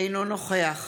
אינו נוכח